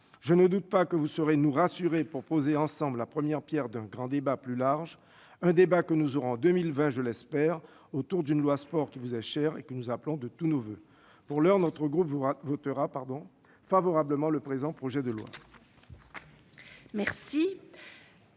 je ne doute pas que vous saurez nous rassurer pour poser ensemble la première pierre d'un débat plus large ; un grand débat que nous aurons en 2020, je l'espère, autour du projet de loi Sport, texte qui vous est cher et que nous appelons tous de nos voeux. Pour l'heure, notre groupe votera le présent projet de loi.